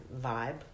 vibe